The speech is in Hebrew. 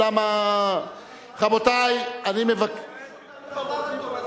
אבל אין בחירות.